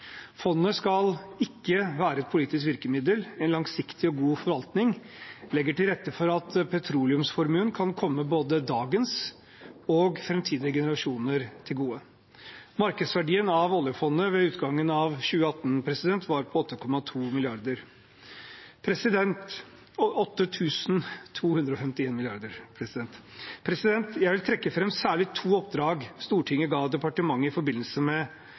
Fondet skal ikke være et politisk virkemiddel. En langsiktig og god forvaltning legger til rette for at petroleumsformuen kan komme både dagens generasjon og framtidige generasjoner til gode. Markedsverdien av oljefondet ved utgangen av 2018 var på 8 251 mrd. kr. Jeg vil trekke fram særlig to oppdrag Stortinget ga departementet i forbindelse med